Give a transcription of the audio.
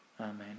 Amen